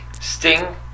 Sting